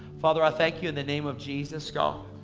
father i thank you in the name of jesus, god,